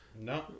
No